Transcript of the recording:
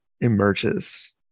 emerges